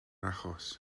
achos